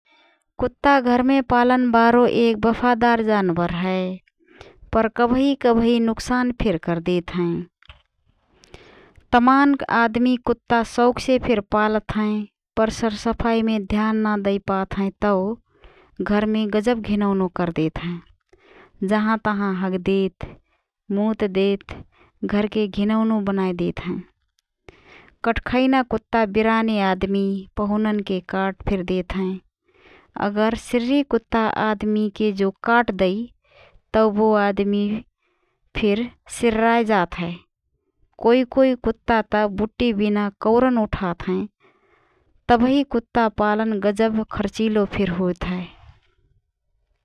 कुत्ता घरमे पालन बारो एक बफादार जानबर हए । पर कबही कबही नुक्सान फिर करदेत हएँ । तमान आदमी कुत्ता शौखसे फिर पालत हएँ । पर सरसफाईमे ध्यान नाएँ दैपात हएँ तओ घरमे गजब घिनौनो करदेत हएँ । जहाँ तहाँ हगदेत, मुतदेत घरके घिनौनो बनाएँ देतहएँ । कठ्खैना कुत्ता बिराने आदमी, पहुननके काट फिर देतहएँ । अगर सिर्री कुत्ता आदमीके जो काट दई तओ बो आदमी फिर सिर्राए जात हए । कोइ कोइ कुत्ता त बुट्टी बिना कौरन उठात हएँ । तबही कुत्ता पालन गजब खर्चिलो फिर होतहए ।